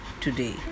today